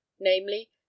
namely